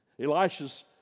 Elisha's